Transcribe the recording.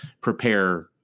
prepare